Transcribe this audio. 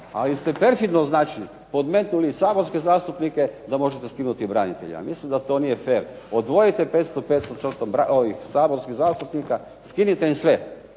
A vi ste perfidno znači podmetnuli saborske zastupnike da možete skinuti braniteljima. Mislim da to nije fer. Odvojite 500 ovih saborskih zastupnika skinite im sve,